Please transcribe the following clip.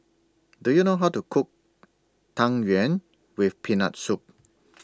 Do YOU know How to Cook Tang Yuen with Peanut Soup